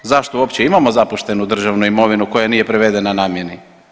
Zašto uopće imamo zapuštenu državnu imovinu koja nije prevedena namjeni?